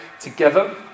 together